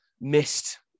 missed